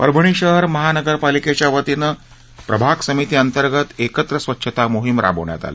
परभणी शहर महानगरपालीकेच्या वतीने प्रभाग समिती अंतर्गत एकत्र स्वच्छता मोहीम शहरात राबविण्यात आली